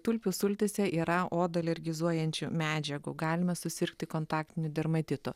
tulpių sultyse yra odą alergizuojančių medžiagų galime susirgti kontaktiniu dermatitu